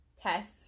tests